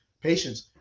patients